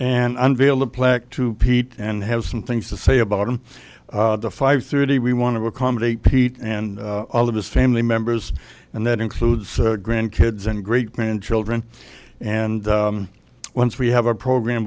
and unveil a plaque to pete and have some things to say about him five thirty we want to accommodate pete and all of his family members and that includes grandkids and great grandchildren and once we have a program